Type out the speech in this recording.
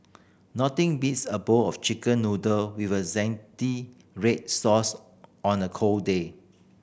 nothing beats a bowl of Chicken Noodle with a zingy red sauce on a cold day